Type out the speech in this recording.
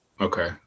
Okay